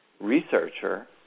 researcher